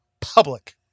public